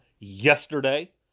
Yesterday